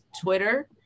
Twitter